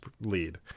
lead